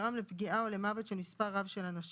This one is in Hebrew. שגרם לפגיעה או למוות של מספר רב של אנשים